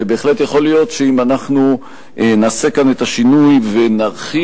ובהחלט יכול להיות שאם אנחנו נעשה כאן את השינוי ונרחיב